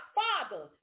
father